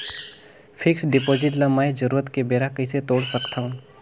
Fixed deposit ल मैं जरूरत के बेरा कइसे तोड़ सकथव?